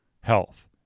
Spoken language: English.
health